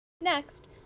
Next